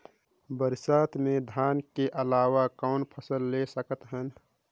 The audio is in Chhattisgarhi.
बरसात मे धान के अलावा कौन फसल ले सकत हन?